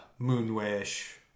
moonwish